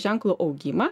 ženklų augimą